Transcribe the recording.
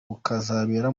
ukazabera